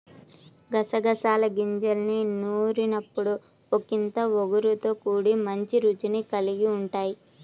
గసగసాల గింజల్ని నూరినప్పుడు ఒకింత ఒగరుతో కూడి మంచి రుచిని కల్గి ఉంటయ్